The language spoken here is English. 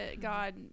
God